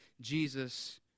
Jesus